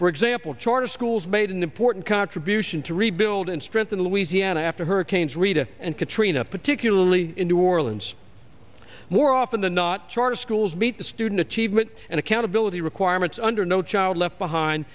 for example charter schools made an important contribution to rebuild and strengthen louisiana after hurricanes rita and katrina particularly in new orleans more often than not charter schools meet the student achievement and accountability requirements under no child left behind